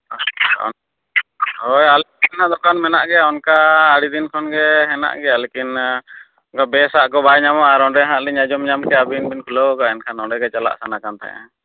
ᱦᱳᱭ ᱦᱳᱭ ᱟᱞᱮ ᱥᱮᱫ ᱢᱟ ᱫᱚᱠᱟᱱ ᱢᱮᱱᱟᱜ ᱜᱮᱭᱟ ᱚᱱᱠᱟ ᱟᱹᱰᱤ ᱫᱤᱱ ᱠᱷᱚᱱ ᱜᱮ ᱦᱮᱱᱟᱜ ᱜᱮᱭᱟ ᱞᱮᱠᱤᱱ ᱵᱮᱥᱟᱜ ᱠᱚ ᱵᱟᱭ ᱧᱟᱢᱚᱜᱼᱟ ᱟᱨ ᱚᱸᱰᱮ ᱦᱟᱸᱜ ᱞᱤᱧ ᱟᱸᱡᱚᱢ ᱧᱟᱢ ᱠᱮᱫᱼᱟ ᱟᱹᱵᱤᱱ ᱵᱤᱱ ᱠᱷᱩᱞᱟᱹᱣ ᱠᱟᱜᱼᱟ ᱮᱱᱠᱷᱟᱱ ᱚᱸᱰᱮ ᱜᱮ ᱪᱟᱞᱟᱜ ᱥᱟᱱᱟ ᱠᱟᱱ ᱛᱟᱦᱮᱸᱫᱼᱟ